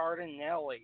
Cardinelli